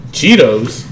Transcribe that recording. Cheetos